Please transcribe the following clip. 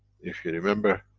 if you remember